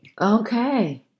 Okay